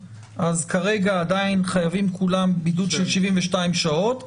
אז כרגע עדיין חייבים כולם בידוד של 72 שעות.